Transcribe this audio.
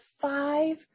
five